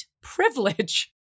privilege